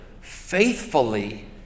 faithfully